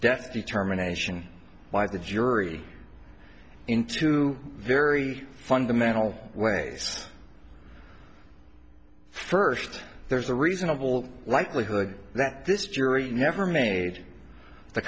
death determination by the jury in two very fundamental ways first there's a reasonable likelihood that this jury never made the